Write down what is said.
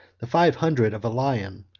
the five hundred of a lion,